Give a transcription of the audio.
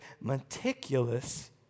meticulous